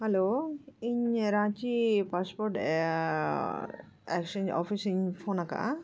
hello ᱤᱧ Ranchi passport exchange office ᱤᱧ phone ᱟᱠᱟᱫᱼᱟ